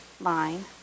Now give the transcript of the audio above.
line